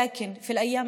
אבל בימים